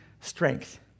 strength